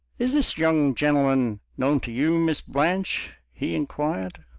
is this young gentleman known to you, miss blanche? he inquired.